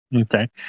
Okay